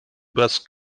übers